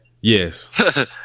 yes